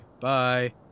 Bye